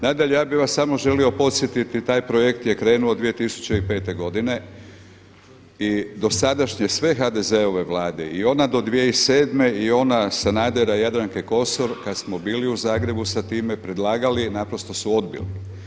Nadalje, ja bih vas samo želio podsjetiti, taj projekt je krenuo 2005. godine i dosadašnje sve HDZ-ove vlade i ona do 2007., i ona Sanadera, Jadranke Kosor kada smo bili u Zagrebu sa time, predlagali naprosto su odbili.